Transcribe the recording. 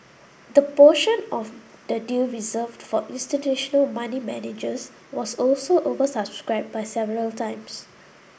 the portion of the deal reserved for institutional money managers was also oversubscribed by several times